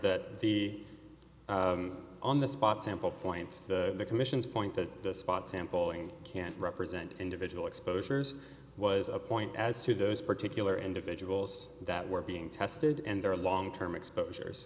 that the on the spot sample points the commission's point to the spot sample and can represent individual exposures was a point as to those particular individuals that were being tested and their long term exposures